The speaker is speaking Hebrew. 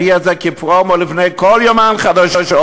הביאה את זה כפרומו לפני כל יומן חדשות,